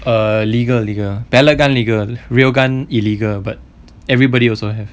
err legal legal pellet gun legal real gun illegal but everybody also have